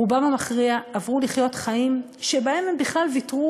רובם המכריע עברו לחיות חיים שבהם הם בכלל ויתרו